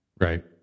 Right